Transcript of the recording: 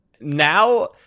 Now